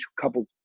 couple